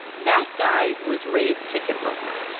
that guy was ray's ticket broker.